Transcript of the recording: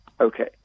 Okay